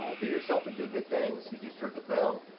be yourself and do good things, you just heard the bell,